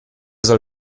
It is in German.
soll